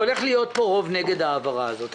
הולך להיות פה רוב נגד ההעברה הזאת.